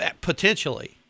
potentially